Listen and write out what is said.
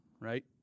right